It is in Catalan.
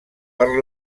per